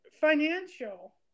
financial